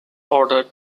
ordered